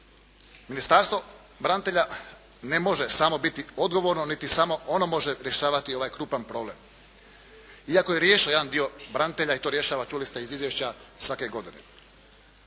Ministarstvo branitelja ne može samo biti odgovorno, niti samo ono može rješavati ovaj krupan problem. Iako je riješilo jedan dio branitelja i to rješava čuli ste iz izvješća svake godine.